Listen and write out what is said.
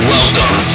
Welcome